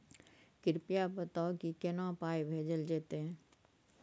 कृपया बताऊ की केना पाई भेजल जेतै?